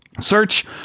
search